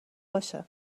باشه